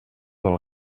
del